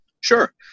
Sure